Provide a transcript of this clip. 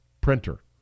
printer